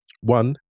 One